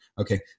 Okay